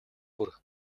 бүр